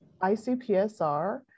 ICPSR